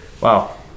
Wow